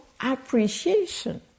appreciation